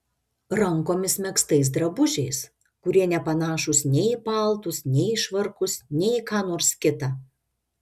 rankomis megztais drabužiais kurie nepanašūs nei į paltus nei į švarkus nei į ką nors kita